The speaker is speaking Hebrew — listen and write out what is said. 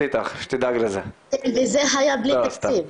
השיתוף פעולה,